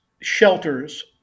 shelters